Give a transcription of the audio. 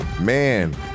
Man